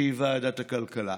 שהיא ועדת הכלכלה.